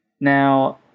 Now